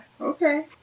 Okay